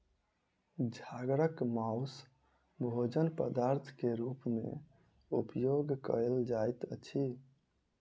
छागरक मौस भोजन पदार्थ के रूप में उपयोग कयल जाइत अछि